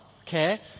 okay